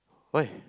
why